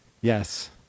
Yes